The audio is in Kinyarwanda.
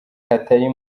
hatari